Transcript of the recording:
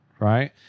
right